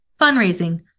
fundraising